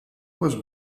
was